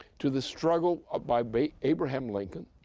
to the struggle ah by by abraham lincoln,